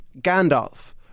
Gandalf